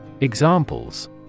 Examples